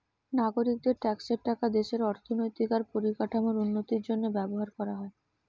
নাগরিকদের ট্যাক্সের টাকা দেশের অর্থনৈতিক আর পরিকাঠামোর উন্নতির জন্য ব্যবহার কোরা হয়